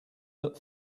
that